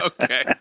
okay